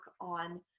on